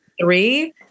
three